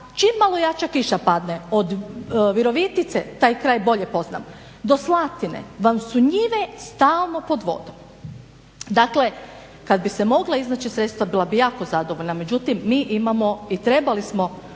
čim malo jača kiša padne od Virovitice, taj kraj bolje poznam, do Slatine vam su njive stalno pod vodom. Dakle kada biste mogla iznaći sredstva bila bi jako zadovoljna međutim mi imamo i trebali smo